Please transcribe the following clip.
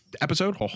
episode